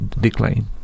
decline